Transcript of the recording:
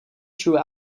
true